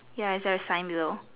ya it's a sign below